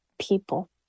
people